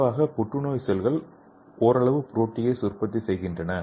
பொதுவாக புற்றுநோய் செல்கள் ஓரளவு ப்ரோடியேஸ் உற்பத்தி செய்கின்றன